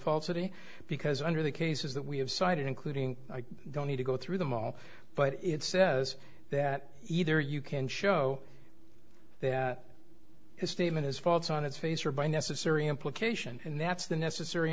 falsity because under the cases that we have cited including i don't need to go through them all but it says that either you can show that his statement is false on its face or by necessary implication and that's the necessary